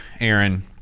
Aaron